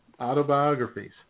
autobiographies